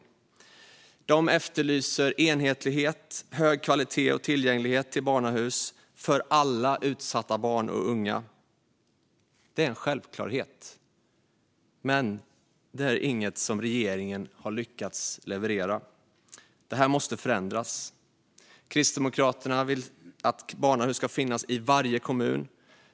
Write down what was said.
Man efterlyser enhetlighet, hög kvalitet och tillgänglighet till barnahus för alla utsatta barn och unga. Det borde vara en självklarhet, men här har regeringen inte lyckats leverera. Detta måste förändras, och därför vill Kristdemokraterna att barnahus ska finnas i varje kommun.